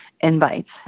invites